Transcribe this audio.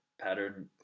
pattern